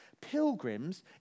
Pilgrims